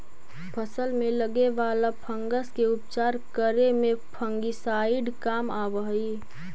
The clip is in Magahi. फसल में लगे वाला फंगस के उपचार करे में फंगिसाइड काम आवऽ हई